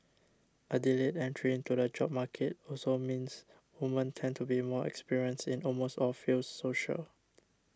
a delayed entry into the job market also means women tend to be more experienced in almost all fields social